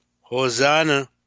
Hosanna